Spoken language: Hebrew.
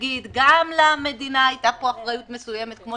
ותגיד שגם למדינה הייתה פה אחריות מסוימת, כמו